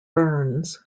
burns